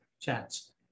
chance